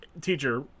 teacher